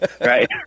Right